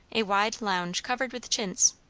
a wide lounge covered with chintz,